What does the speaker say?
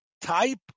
type